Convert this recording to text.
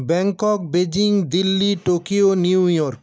Bangkok Beijing Delhi Tokyo New York